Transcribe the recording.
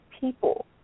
people